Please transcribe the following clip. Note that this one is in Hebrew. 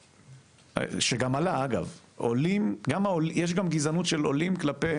יש גם גזענות של עולים כלפי